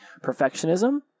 perfectionism